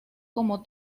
como